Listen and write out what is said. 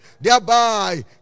Thereby